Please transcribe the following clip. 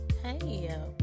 Hey